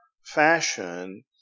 fashion